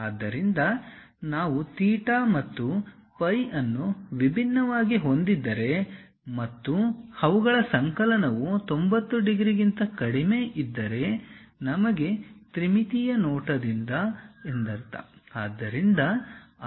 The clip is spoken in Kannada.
ಆದ್ದರಿಂದ ನಾವು ಥೀಟಾ ಮತ್ತು ಫೈ ಅನ್ನು ವಿಭಿನ್ನವಾಗಿ ಹೊಂದಿದ್ದರೆ ಮತ್ತು ಅವುಗಳ ಸಂಕಲನವು 90 ಡಿಗ್ರಿಗಿಂತ ಕಡಿಮೆಯಿದ್ದರೆ ನಮಗೆ ತ್ರಿಮಿತೀಯ ನೋಟವಿದೆ ಎಂದರ್ಥ